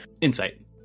Insight